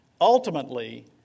Ultimately